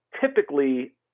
typically